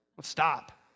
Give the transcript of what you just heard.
stop